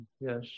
Yes